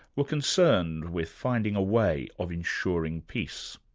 were concerned with finding a way of ensuring peace.